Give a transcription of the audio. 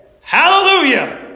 Hallelujah